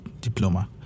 diploma